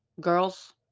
girls